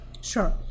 Sure